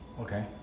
Okay